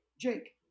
Jake